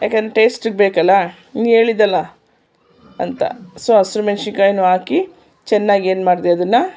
ಯಾಕೆ ಟೇಸ್ಟಿಗೆ ಬೇಕಲ್ಲ ನೀನು ಹೇಳಿದ್ದಲ್ಲ ಅಂತ ಸೊ ಹಸ್ರು ಮೆಣ್ಸಿನ್ಕಾಯನ್ನು ಹಾಕಿ ಚೆನ್ನಾಗಿ ಏನು ಮಾಡಿದೆ ಅದನ್ನು